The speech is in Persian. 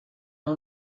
اون